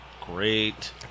Great